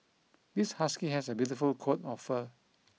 this husky has a beautiful coat of fur